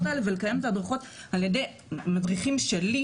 האלה ולקיים את ההדרכות על ידי מדריכים שלי,